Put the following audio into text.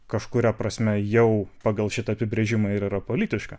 kažkuria prasme jau pagal šitą apibrėžimą ir yra politiška